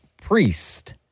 priest